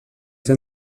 ser